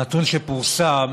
הנתון פורסם